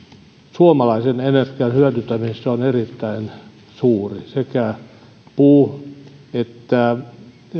suomalaisen energian hyödyntämisessä on erittäin suuri sekä puun että